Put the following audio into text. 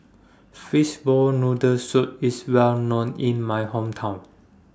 Fishball Noodle Soup IS Well known in My Hometown